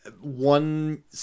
one